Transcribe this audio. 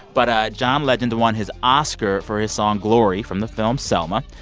but ah john legend won his oscar for his song glory from the film selma.